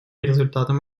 результатом